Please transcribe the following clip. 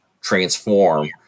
transform